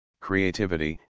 creativity